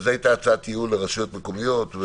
זו הייתה הצעת ייעול לרשויות מקומיות.